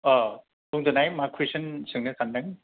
अ बुंदोनाय मा कुइसन सोंनो सानदों